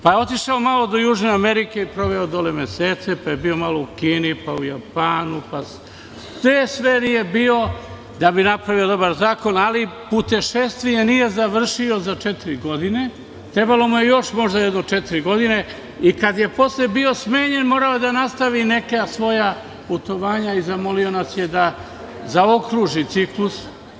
Pa je otišao malo do Južne Amerike i proveo dole mesece, pa je bio malo u Kini, u Japanu, gde sve nije bio da bi napravio dobar zakon, ali putešestvije nije završio za četiri godine, trebalo mu je možda još četiri godine, i kada je posle bio smenjen morao je da nastavi neka svoja putovanja i zamolio nas je da zaokruži ciklus.